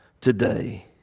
today